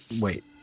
Wait